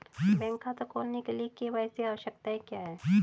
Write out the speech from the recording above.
Bank खाता खोलने के लिए के.वाई.सी आवश्यकताएं क्या हैं?